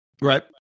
Right